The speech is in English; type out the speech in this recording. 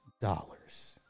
dollars